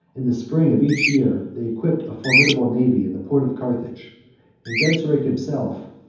in the spring of each year, they equipped a formidable navy in the port of carthage and genseric himself,